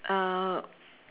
uh